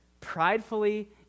pridefully